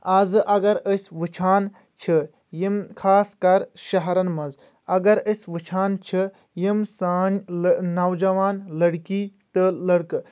اَز اگر أسۍ وُچھان چھ یِم خاص کر شہرن منٛز اگر أسۍ وُچھان چھ یِم سأنۍ نوجوان لٔڑکی تہٕ لٔڑکہٕ ییٚلہِ تِم